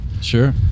Sure